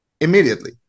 immediately